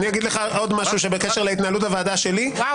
עוד משהו בקשר להתנהלות הוועדה שלי בכל הנוגע-